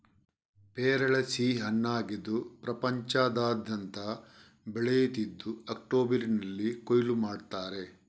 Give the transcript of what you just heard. ಪೇರಳೆ ಸಿಹಿ ಹಣ್ಣಾಗಿದ್ದು ಪ್ರಪಂಚದಾದ್ಯಂತ ಬೆಳೆಯುತ್ತಿದ್ದು ಅಕ್ಟೋಬರಿನಲ್ಲಿ ಕೊಯ್ಲು ಮಾಡ್ತಾರೆ